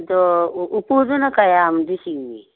ꯑꯗꯣ ꯎꯄꯨꯗꯨꯅ ꯀꯌꯥꯝꯗꯤ ꯆꯤꯡꯉꯤ